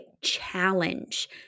challenge